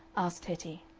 asked hetty.